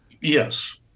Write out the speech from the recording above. Yes